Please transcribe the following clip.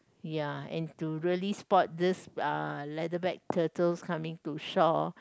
ya and to really spot this uh leatherback turtles coming to shore